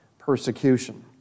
persecution